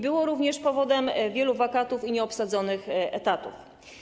Było również powodem wielu wakatów i nieobsadzonych etatów.